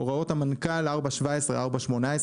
הוראות המנכ"ל 4.17 ו-4.18,